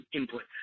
input